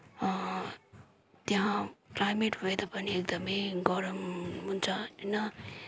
त्यहाँ climate weather पनि एकदमै गरम हुन्छ होइन